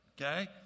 okay